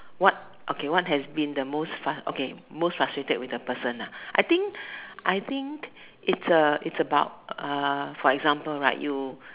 what okay what has been the most fuss okay most frustrated with the person lah I think I think it's a it's about for example right you